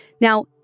Now